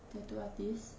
tattoo artist